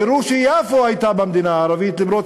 תראו שיפו הייתה במדינה הערבית גם אם